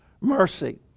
mercy